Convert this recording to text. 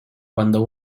cuando